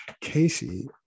Casey